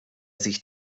sich